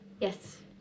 Yes